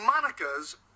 Monica's